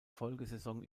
folgesaison